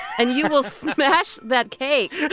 and you will smash that cake.